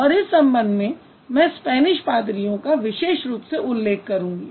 और इस संबंध में मैं स्पैनिश पादरियों का विशेष रूप से उल्लेख करूंगी